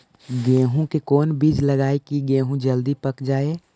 गेंहू के कोन बिज लगाई कि गेहूं जल्दी पक जाए?